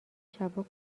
شبا